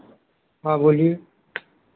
हाँ बोलिए